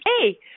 hey